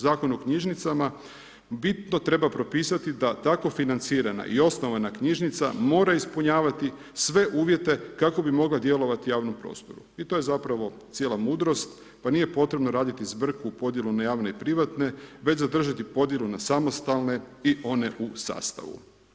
Zakon o knjižnicama bitno treba propisati da takvo financirana i osnovana knjižnica mora ispunjavati sve uvjete kako bi mogla djelovati u javnom prostoru i to je zapravo cijela mudrost pa nije potrebno raditi zbrku o podjelu na javne i privatne, već zadržati podjelu na samostalne i one u sastavu.